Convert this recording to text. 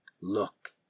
Look